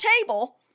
table